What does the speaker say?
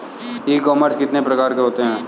ई commerce कितने प्रकार के होते हैं?